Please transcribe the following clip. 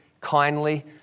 kindly